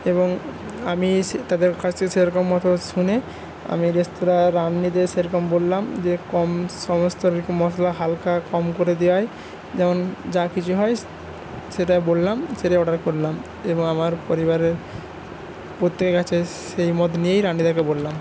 এবং আমি এসে তাদের কাছে সেরকম মতো শুনে আমি রেস্তোরাঁর রাঁন্নীদের রাঁধুনিদের সেরকম বললাম যে কম সমস্ত মশলা হালকা কম করে দেওয়ায় যেমন যা কিছু হয় সেটা বললাম সেটা অর্ডার করলাম এবং আমার পরিবারের প্রত্যেকের কাছে সেই মত নিয়েই রাঁধুনিদেরকে বললাম